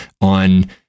on